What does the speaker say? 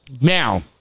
Now